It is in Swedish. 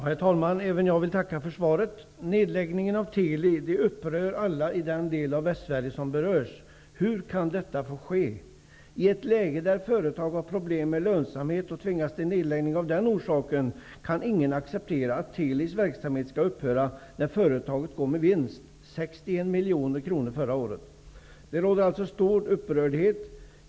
Herr talman! Även jag vill tacka för svaret. Nedläggningen av Teli upprör alla i den del av Västsverige som berörs. Hur kan detta få ske? I ett läge där företag har problem med lönsamhet och därmed tvingas till nedläggning av den orsaken, kan ingen acceptera att Teli:s verksamhet skall upphöra när företaget går med vinst. Det var 61 miljoner kronor förra året. Det råder alltså stor upprördhet.